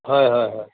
হয় হয় হয়